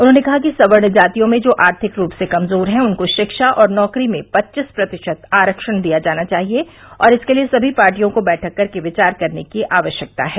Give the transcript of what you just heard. उन्होंने कहा कि सवर्ण जातियों में जो आर्थिक रूप से कमजोर है उनको शिक्षा और नौकरी में पच्चीस प्रतिशत आरक्षण दिया जाना चाहिए और इसके लिए समी पार्टियों को बैठक कर के विचार करने की आवश्यकता है